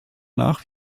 nach